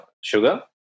sugar